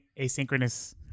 asynchronous